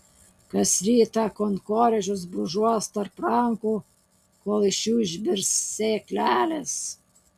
kas rytą kankorėžius brūžuos tarp rankų kol iš jų išbirs sėklelės